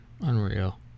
Unreal